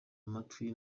amatwi